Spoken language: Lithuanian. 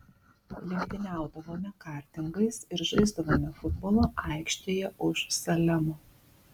lenktyniaudavome kartingais ir žaisdavome futbolą aikštėje už salemo